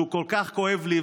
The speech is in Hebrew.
שהוא כל כואב לי,